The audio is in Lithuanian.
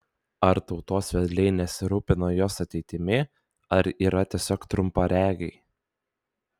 ar tautos vedliai nesirūpina jos ateitimi ar yra tiesiog trumparegiai